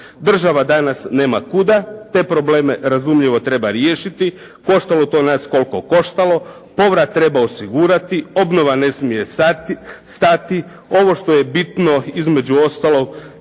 Država danas nema kuda. Te probleme, razumljivo treba riješiti, koštalo to nas koliko koštalo, povrat treba osigurati, obnova ne smije stati, ovo što je bitno između ostalog